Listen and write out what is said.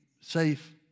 safe